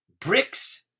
bricks